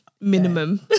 Minimum